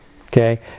Okay